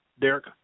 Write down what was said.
Derek